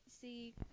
see